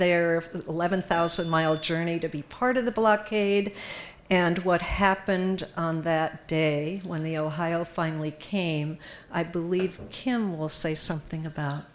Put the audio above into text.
they are eleven thousand mile journey to be part of the blockade and what happened on that day when the ohio finally came i believe kim will say something about